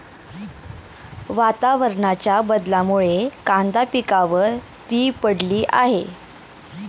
वातावरणाच्या बदलामुळे कांदा पिकावर ती पडली आहे